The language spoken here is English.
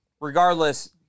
Regardless